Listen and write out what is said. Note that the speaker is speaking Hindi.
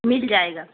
मिल जाएगा